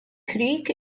creek